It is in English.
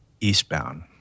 eastbound